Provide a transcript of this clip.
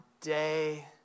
day